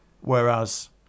Whereas